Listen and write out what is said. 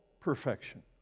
perfection